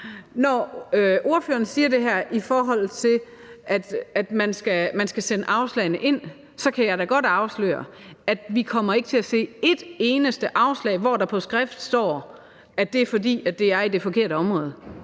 Når ordføreren siger det her om, at man skal sende afslagene ind, kan jeg da godt afsløre, at vi ikke kommer til at se et eneste afslag, hvor der på skrift står, at det er, fordi det er i det forkert område,